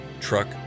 truck